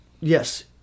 yes